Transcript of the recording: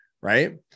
Right